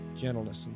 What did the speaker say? gentleness